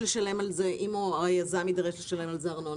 אם היזם יידרש לשלם על זה ארנונה,